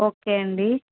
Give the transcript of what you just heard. okay అండి